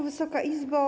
Wysoka Izbo!